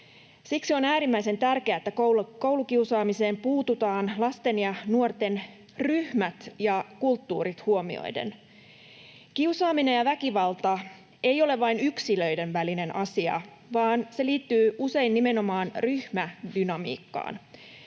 Siksi on äärimmäisen tärkeää, että koulukiusaamiseen puututaan lasten ja nuorten ryhmät ja kulttuurit huomioiden. Kiusaaminen ja väkivalta ei ole vain yksilöiden välinen asia, vaan se liittyy usein nimenomaan ryhmädynamiikkaan.